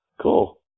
cool